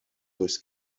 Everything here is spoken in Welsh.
does